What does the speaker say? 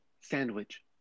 sandwich